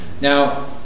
Now